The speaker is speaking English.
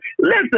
listen